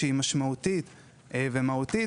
שהיא משמעותית ומהותית